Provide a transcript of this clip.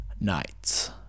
night